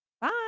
Bye